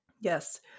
Yes